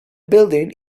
building